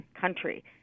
country